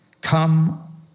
come